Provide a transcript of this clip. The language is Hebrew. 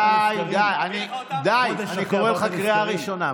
די, די, אני קורא אותך קריאה ראשונה.